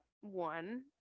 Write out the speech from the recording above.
one